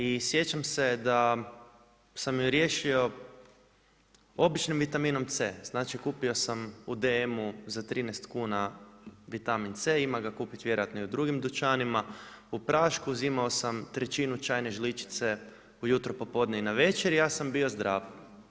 I sjećam se da sam ju riješio običnom vitaminom C. Znači kupio sam u DM za 13 kn vitamin C ima ga kupiti vjerojatno u drugim dućanima, u prašku, uzimao sam trećinu čajne žličice ujutro, popodne i navečer i ja sam bio zdrav.